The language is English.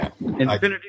Infinity